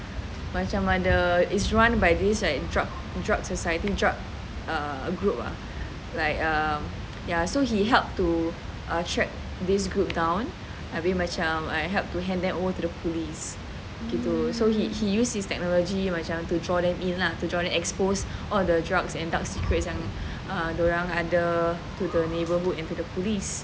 macam ada is run by this err drug drug society drug a group ah like err ya so he helped to track this group down abeh macam help the police to do so he he use his technology macam to draw them in lah to expose on the drugs and dark secrets dorang ada to the neighbourhood and to the police